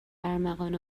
ارمغان